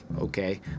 okay